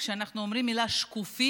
כשאנחנו אומרים את המילה "שקופים",